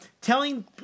Telling